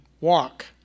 walk